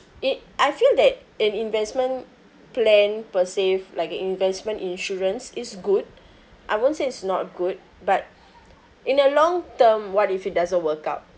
it~ I feel that an investment plan per se like an investment insurance is good I won't say it's not good but in a long term what if it doesn't work out